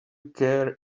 care